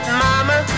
mama